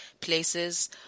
places